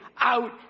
out